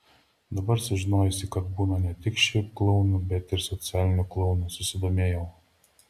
dabar sužinojusi kad būna ne tik šiaip klounų bet ir socialinių klounų susidomėjau